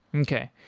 okay.